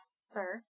sir